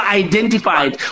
identified